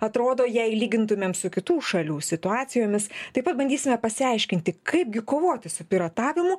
atrodo jei lygintumėm su kitų šalių situacijomis taip pat bandysime pasiaiškinti kaipgi kovoti su piratavimu